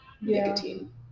nicotine